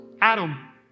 Adam